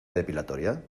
depilatoria